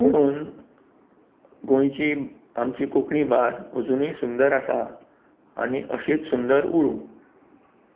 पूण गोंयची आमची कोंकणी भास अजुनूय सुंदर आसा आनी अशीच सुंदर उरूं